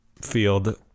field